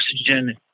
oxygen